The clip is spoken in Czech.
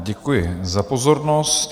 Děkuji za pozornost.